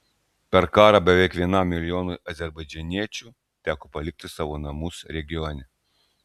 per karą beveik vienam milijonui azerbaidžaniečių teko palikti savo namus regione